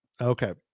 Okay